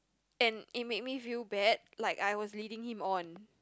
and it made me feel bad like I was leading him on